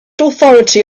authority